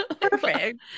Perfect